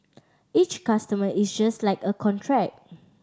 each customer is just like a contract